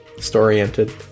Story-oriented